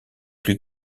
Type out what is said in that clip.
plus